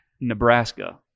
Nebraska